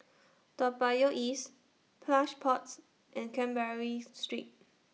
Toa Payoh East Plush Pods and Canberra Street